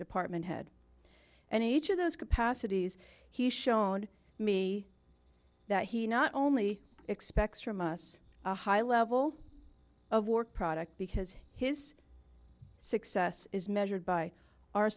department head and each of those capacities he's shown me that he not only expects from us a high level of work product because his success is measured by our